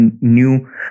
new